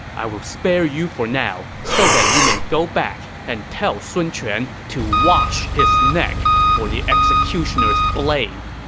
i will spare you for now, so that you may go back and tell sun quan to wash his neck for the executioner's blade!